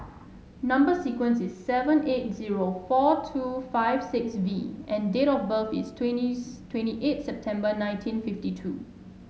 number sequence is seven eight zero four two five six V and date of birth is twentieth twenty eight September nineteen fifty two